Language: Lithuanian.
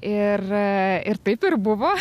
ir ir tai buvo